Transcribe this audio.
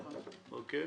הינה,